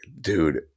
dude